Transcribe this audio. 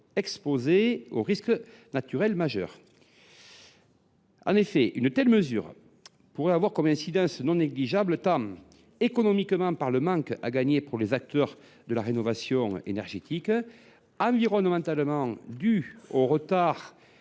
exposés aux risques naturels majeurs. En effet, une telle mesure pourrait avoir des incidences non négligeables, tant économiquement, par le manque à gagner qu’elle engendrerait pour les acteurs de la rénovation énergétique, qu’environnementalement, du fait du retard